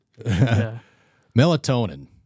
Melatonin